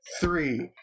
three